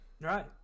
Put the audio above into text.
right